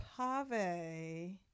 Pave